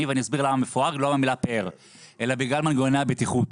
ואני אסביר למה מפואר ולא מהמילה פאר אלא בגלל מנגנוני הבטיחות.